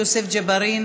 חבר הכנסת יוסף ג'בארין,